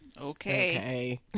Okay